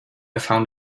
found